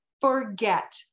forget